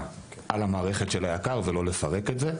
על המערכת של היק"ר ולא לפרק את זה.